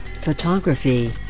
photography